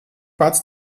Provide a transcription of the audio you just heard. pats